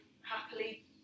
happily